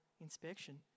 inspection